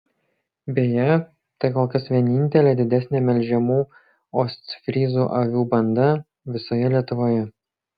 beje tai kol kas vienintelė didesnė melžiamų ostfryzų avių banda visoje lietuvoje